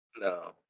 No